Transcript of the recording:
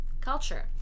culture